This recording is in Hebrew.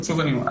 ושוב,